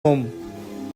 home